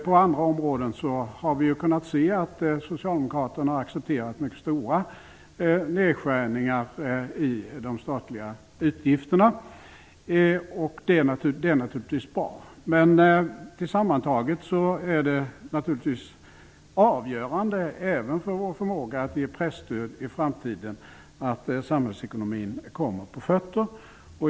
På andra områden har vi kunnat se att socialdemokraterna har accepterat mycket stora nedskärningar i de statliga utgifterna, och det är naturligtvis bra, men sammantaget är det avgörande villkoret för vår förmåga att ge presstöd även i framtiden att samhällsekonomin kommer på fötter.